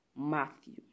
Matthew